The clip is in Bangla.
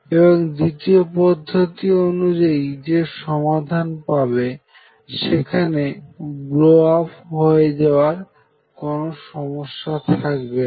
এবং দ্বিতীয় পদ্ধতি অনুযায়ী যে সমাধান পাবে সেখানে ব্লো আপ হয়ে যাওয়ার কোন সমস্যা থাকবে না